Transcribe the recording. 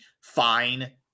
fine